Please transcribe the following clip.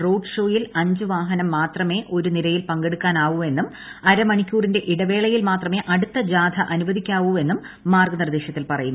road ഷോയിൽ അഞ്ചുവാഹനം മാത്രമേ ഒരു നിരയിൽ പങ്കെടുക്കാനാവൂ എന്നും അരമണിക്കൂറിന്റെ ഇടവേളയിൽ മാത്രമേ അടുത്ത ജാഥ അനുവദിക്കാവൂ എന്നും മാർഗനിർദേശത്തിൽ പറയുന്നു